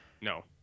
No